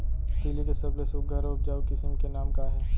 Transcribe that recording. तिलि के सबले सुघ्घर अऊ उपजाऊ किसिम के नाम का हे?